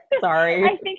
sorry